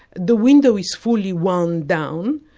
the window is fully wound down,